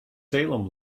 salem